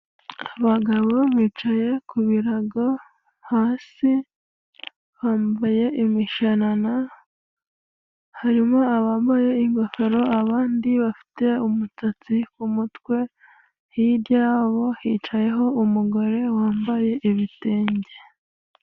Abagabo bicaye ku birago hasi bambaye imishanana, harimo abambaye ingofero, abandi bafite umusatsi ku mutwe. Hirya yabo, hicayeho umugore wambaye ibitenge.